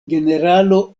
generalo